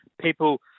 people